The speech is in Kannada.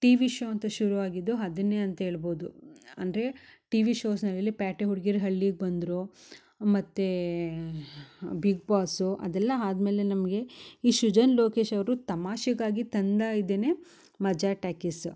ಟಿವಿ ಶೋ ಅಂತ ಶುರು ಆಗಿದ್ದು ಅದನ್ನೆ ಅಂತೇಳ್ಬೋದು ಅಂದರೆ ಟಿವಿ ಶೋಸ್ ಪ್ಯಾಟೆ ಹುಡ್ಗೀರು ಹಳ್ಳಿಗೆ ಬಂದರು ಮತ್ತು ಬಿಗ್ ಬಾಸು ಅದೆಲ್ಲ ಆದ್ಮೇಲೆ ನಮಗೆ ಈ ಸೃಜನ್ ಲೋಕೇಶ್ ಅವರು ತಮಾಷೆಗಾಗಿ ತಂದ ಇದೆನೆ ಮಜಾ ಟಾಕೀಸ್